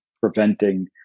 preventing